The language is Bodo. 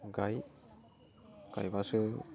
गाय गायबासो